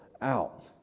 out